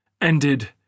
ended